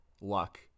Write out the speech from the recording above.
Luck